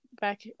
back